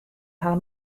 har